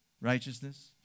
righteousness